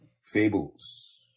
fables